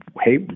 hey